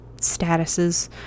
statuses